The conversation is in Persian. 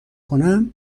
کنم